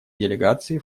делегации